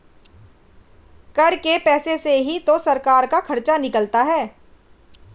कर के पैसे से ही तो सरकार का खर्चा निकलता है